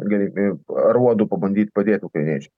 galimi aruodų pabandyt padėt ukrainiečiam